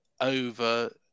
over